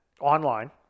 online